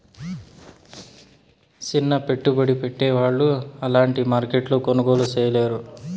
సిన్న పెట్టుబడి పెట్టే వాళ్ళు అలాంటి మార్కెట్లో కొనుగోలు చేయలేరు